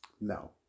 no